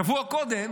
שבוע קודם